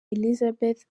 elizabeth